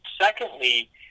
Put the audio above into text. secondly